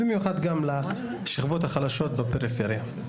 ובפרט לשכבות החלשות בפריפריה.